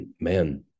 man